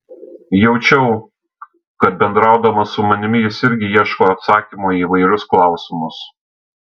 jaučiau kad bendraudamas su manimi jis irgi ieško atsakymo į įvairius klausimus